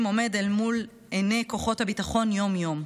עומדים אל מול עיני כוחות הביטחון יום-יום.